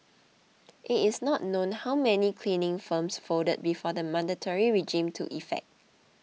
it is not known how many cleaning firms folded before the mandatory regime took effect